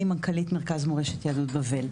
אני מנכ"לית מרכז מורשת יהדות בבל.